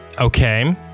Okay